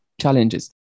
challenges